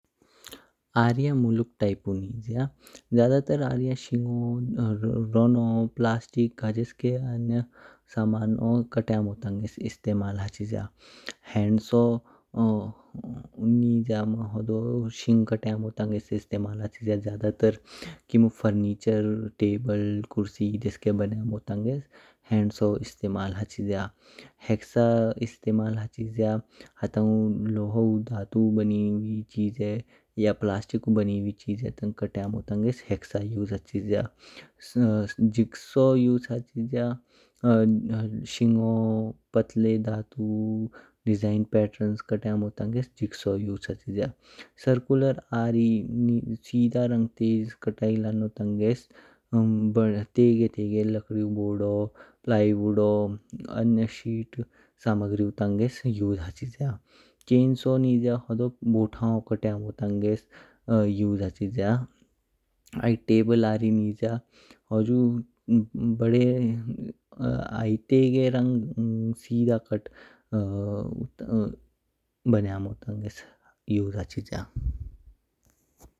आरियैन मुलुक टाइप ऊ निज्य, ज्यादा तर आरियैन शिनू, रोनू, प्लास्टिक ह्जेसके अनया सामानो क्तयामो तांगस इस्तेमाल हाचिज्या। हैंड सॉ निज्य मम होदो शिंग क्तयामो तांगस इस्तेमाल हाचिज्या ज्यादा तर्र किमु फर्नीचर टेबल, कुर्सी देस्के बनायाओ तांगस हैंड सॉऊ इस्तेमाल हाचिज्या। हेक्सा इस्तमला हाचिज्या हताउ लोहौ दहतु बनी हुई चीजे या प्लास्टिकु बनी हुई चीजे कतयामो तांगस हेक्सा यूज हाचिज्या। जिक्सॉ यूज हाचिज्या शिनू, पतले दथु, डिज़ाइन पेट्रेन क्तयामो तांगस जिक्सॉ यूज हाचिज्या। सरकुर्र आरी सिदा रंग तेज कटाय लन्नो तांगस तेगे तेगे लकडिउ बोरादो, प्लाइ बोराड अना शीट सामग्रिउ तांगस यूज हाचिज्या। चेंसॉ निज्य होदो बोत्तांगो कतयामो तांगस यूज हाचिज्या। आई टेबल आरी निज्य हुजु बडे तेगे रंग सिदा कट बनयामो तांगस यूज हाचिज्या।